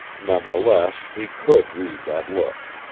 none the less, he could read that look.